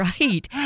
Right